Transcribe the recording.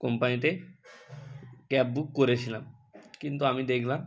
কোম্পানিতে cab book করেছিলাম কিন্তু আমি দেখলাম